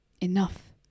enough